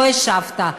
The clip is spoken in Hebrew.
לא השבת.